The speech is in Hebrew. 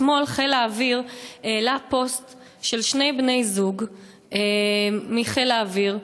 אתמול חיל האוויר העלה פוסט של שני בני-זוג מחיל האוויר,